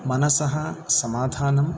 मनसः समाधानं